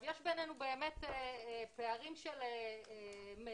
יש בינינו באמת פערים של מידע,